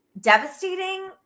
Devastating